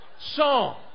song